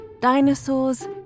dinosaurs